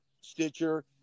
stitcher